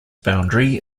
boundary